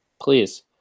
please